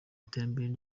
iterambere